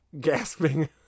gasping